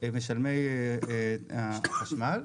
משלמי החשמל,